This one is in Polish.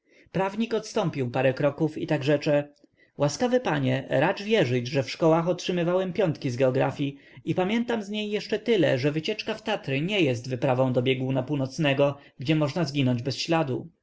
prawnik odstąpił parę kroków i tak rzecze łaskawy panie racz wierzyć że w szkołach otrzymywałem piątki z geografii i pamiętam z niej jeszcze tyle że wycieczka w tatry nie jest wyprawą do bieguna północnego gdzie można zginąć bez śladu